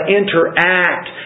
interact